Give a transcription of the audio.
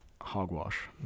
hogwash